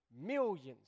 Millions